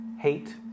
hate